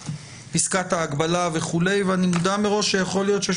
פסקת ההגבלה וכולי ואני מודע מראש שיכול להיות שיש